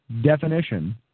definition